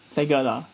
staggered ah